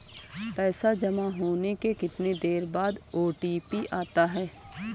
पैसा जमा होने के कितनी देर बाद ओ.टी.पी आता है?